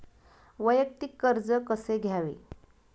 वैयक्तिक कर्ज कसे घ्यावे?